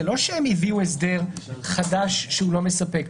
זה לא שהם הביאו הסדר חדש שהוא לא מספק,